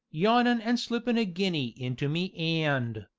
yawnin' an' slippin' a guinea into me and.